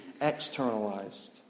externalized